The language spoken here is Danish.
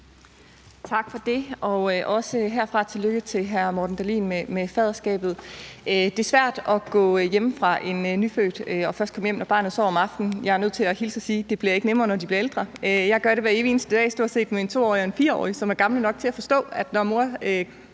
Tak for det. Også herfra tillykke til hr. Morten Dahlin med faderskabet. Det er svært at gå hjemmefra en nyfødt og først komme hjem, når barnet sover om aftenen. Jeg er nødt til at hilse og sige, at det ikke bliver nemmere, når de bliver ældre. Jeg gør det hver evig eneste dag stort set med en 2-årig og en 4-årig, som er gamle nok til at forstå, at når mor